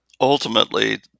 Ultimately